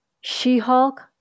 She-Hulk